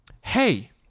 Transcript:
hey